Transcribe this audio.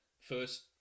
first